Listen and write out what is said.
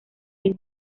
tin